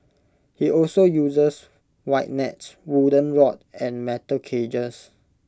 he also uses wide nets wooden rod and metal cages